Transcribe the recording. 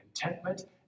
contentment